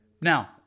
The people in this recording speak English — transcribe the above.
Now